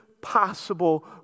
possible